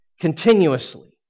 Continuously